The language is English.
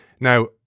Now